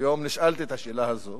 היום נשאלתי את השאלה הזאת.